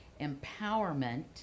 empowerment